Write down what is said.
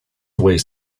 ways